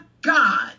God